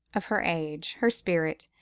of her age, her spirit,